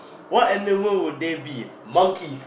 what animal would they be monkeys